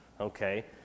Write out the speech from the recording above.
Okay